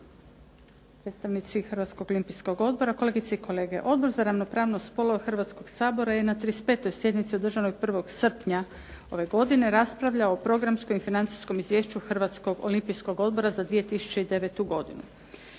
Predstavnici Hrvatskog olimpijskog odbora, kolegice i kolege. Odbor za ravnopravnost spolova Hrvatskog sabora je na 35. sjednici održanoj 1. srpnja ove godine raspravljao o Programskom i Financijskom izvješću Hrvatskog olimpijskog odbora za 2009. godinu.